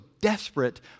desperate